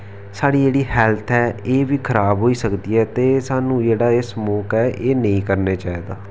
साढ़ी जेह्ड़ी हैल्थ ऐ एह् बी खराब होई सकदी ऐ ते स्हानू जेह्ड़ा एह् स्मोक ऐ एह् नेईं करने चाहिदा